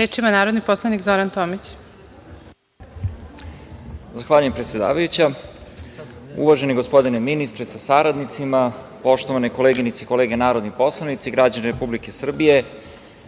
Reč ima narodni poslanik Zoran Tomić. **Zoran Tomić** Zahvaljujem predsedavajuća. Uvaženi gospodine ministre sa saradnicima, poštovane koleginice i kolege narodni poslanici, građani Republike Srbije,